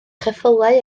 cheffylau